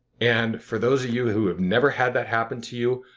and for those of you who have never had that happen to you,